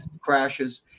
crashes